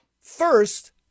First